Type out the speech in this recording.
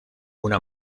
una